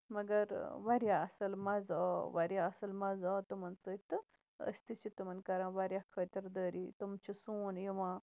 مَگر واریاہ اَصٕل مَزٕ آو واریاہ اَصٕل مَزٕ آو تِمَن سۭتۍ تہٕ أسۍ تہِ چھِ کران تِمَن واریاہ خٲطِر دٲرِ تٕم چھِ سون یِوان